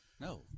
No